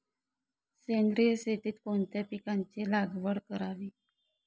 सेंद्रिय शेतीत कोणत्या पिकाची लागवड करावी?